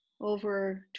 over